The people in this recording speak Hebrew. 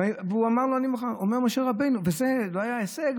וזה לא היה הישג?